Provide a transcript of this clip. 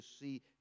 see